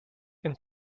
and